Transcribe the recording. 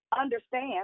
understand